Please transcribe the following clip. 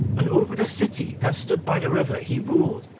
and over the city that stood by the river he ruled,